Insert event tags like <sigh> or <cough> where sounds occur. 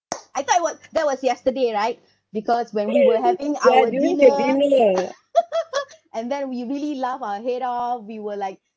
I thought it was that was yesterday right <breath> because when we were having our dinner <laughs> and then we really laughed our head off we were like